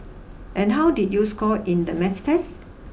and how did you score in the maths test